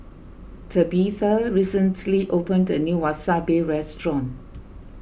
Tabitha recently opened a new Wasabi restaurant